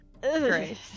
Great